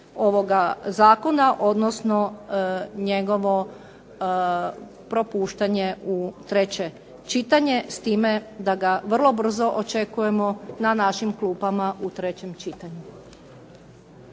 ovoga zakona, odnosno njegovo propuštanje u treće čitanje, s time da ga vrlo brzo očekujemo na našim klupama u trećem čitanju.